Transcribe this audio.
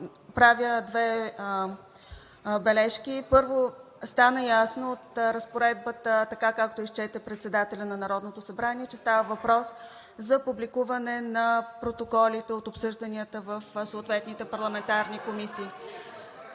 Правя две бележки. Първо, стана ясно от разпоредбата, така както изчете председателят на Народното събрание, че става въпрос за публикуване на протоколите от обсъжданията в съответните парламентарни комисии